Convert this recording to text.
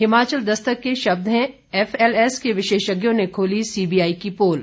हिमाचल दस्तक के शब्द हैं एफएसएल के विशेषज्ञों ने खोली सीबीआई की पोल